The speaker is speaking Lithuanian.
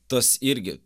tas irgi